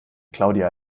claudia